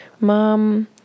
Mom